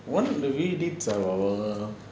one of the deed are our